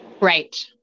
Right